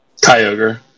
Kyogre